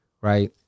right